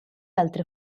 altre